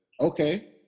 Okay